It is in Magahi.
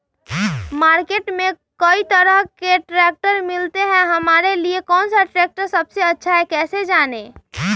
मार्केट में कई तरह के ट्रैक्टर मिलते हैं हमारे लिए कौन सा ट्रैक्टर सबसे अच्छा है कैसे जाने?